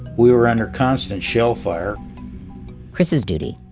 we were under constant shell fire chris's duty,